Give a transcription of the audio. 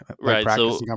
Right